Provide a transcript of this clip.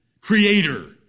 creator